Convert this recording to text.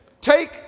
take